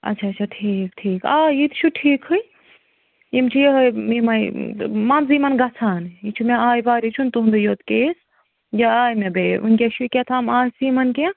آچھا آچھا ٹھیٖک ٹھیٖک آ یہِ تہِ چھُ ٹھیٖکھٕے یم چھ یہٲے یمٔے مَنٛزٕ یمن گَژھان یہِ چھُ مےٚ آے واریاہ یہِ چھُنہٕ تُہنٛدُے یوت کیس یہِ آے مےٚ بیٚیہِ وُنٛکیٚس چھُے کیٚتھام آسہِ یمن کیٚنٛہہ